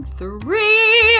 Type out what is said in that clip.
three